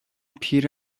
پیر